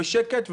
בשקט,